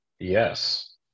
Yes